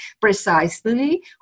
precisely